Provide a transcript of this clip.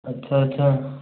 ଆଚ୍ଛା ଆଚ୍ଛା